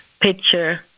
picture